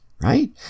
right